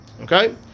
Okay